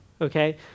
Okay